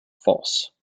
false